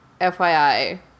FYI